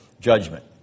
judgment